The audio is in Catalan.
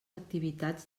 activitats